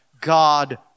God